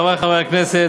חברי חברי הכנסת,